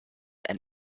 ein